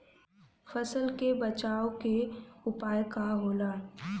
फसल के बचाव के उपाय का होला?